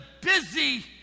busy